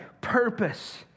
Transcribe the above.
purpose